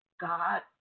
God